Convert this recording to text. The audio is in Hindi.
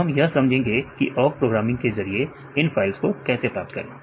अब हम यह समझेंगे कि ओक प्रोग्रामिंग के जरिए इन फाइल्स को कैसे प्राप्त करें